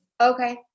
Okay